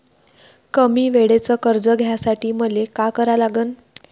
कमी वेळेचं कर्ज घ्यासाठी मले का करा लागन?